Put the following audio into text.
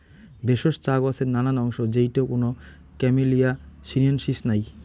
ভেষজ চা গছের নানান অংশ যেইটে কুনো ক্যামেলিয়া সিনেনসিস নাই